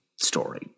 story